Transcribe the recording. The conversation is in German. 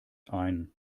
ein